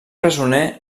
presoner